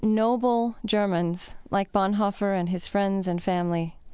noble germans, like bonhoeffer and his friends and family,